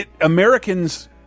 Americans